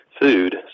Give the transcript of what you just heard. food